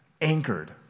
anchored